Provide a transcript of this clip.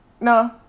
No